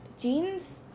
jeans